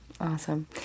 Awesome